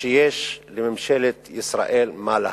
שיש לממשלת ישראל מה להסתיר.